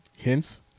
Hints